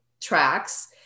tracks